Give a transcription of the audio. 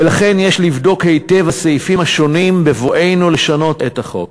ולכן יש לבדוק היטב את הסעיפים השונים בבואנו לשנות את החוק.